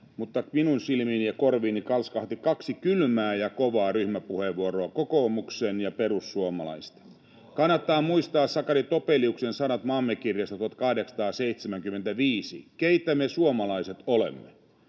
mutta minun silmiini ja korviini kalskahti kaksi kylmää ja kovaa ryhmäpuheenvuoroa, kokoomuksen ja perussuomalaisten. [Oikealta: Ohhoh!] Kannattaa muistaa Sakari Topeliuksen sanat Maamme kirjassa 1875, keitä me suomalaiset olemme.